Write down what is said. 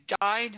died